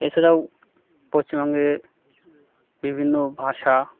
এছাড়াও পশ্চিমবঙ্গে বিভিন্ন ভাষা